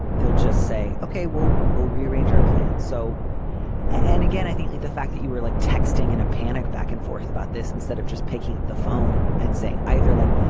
they'll just say, ok, well, we'll rearrange our plans. so and again, i think like the fact that you were like texting in a panic back and forth about this instead of just picking up the phone and and saying either like,